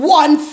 one